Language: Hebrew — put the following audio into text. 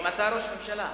אם אתה ראש ממשלה.